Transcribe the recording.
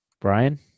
Brian